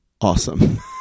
awesome